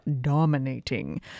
dominating